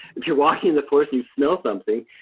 if you're walking in the forest, you smell something,